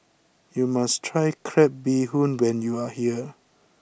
you must try Crab Bee Hoon when you are here